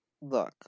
Look